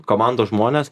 komandos žmonės